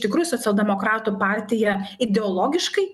tikroji socialdemokratų partija ideologiškai